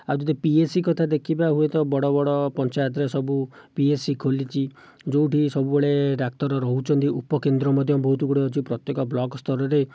ଆଉ ଯଦି ପିଏଚ୍ସି କଥା ଦେଖିବା ହୁଏତ ବଡ଼ ବଡ଼ ପଞ୍ଚାୟତରେ ସବୁ ପିଏଚ୍ସି ଖୋଲିଛି ଯେଉଁଠି ସବୁବେଳେ ଡାକ୍ତର ରହୁଛନ୍ତି ଉପକେନ୍ଦ୍ର ମଧ୍ୟ ବହୁତ ଗୁଡ଼ିଏ ଅଛି ପ୍ରତ୍ୟକ ବ୍ଲକସ୍ତରରେ